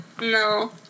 No